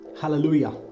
hallelujah